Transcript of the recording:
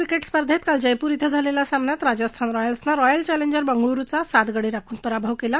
cricket स्पर्धेत काल जयपूर इथं झालेल्या सामन्यात राजस्थान रॉयल्सनं रॉयल चॅलेंजर बंगळूरचा सात गडी राखुन पराभव केला